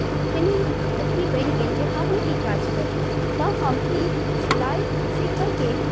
कनि अथी बढ़ि गेल जे हमहुँ ई काज करी तऽ हम ई सिलाइ सिखऽके